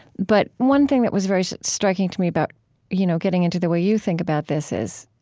but one thing that was very striking to me about you know getting into the way you think about this is,